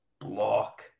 block